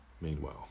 meanwhile